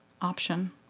option